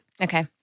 Okay